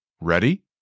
Ready